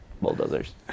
bulldozers